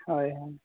ᱦᱳᱭ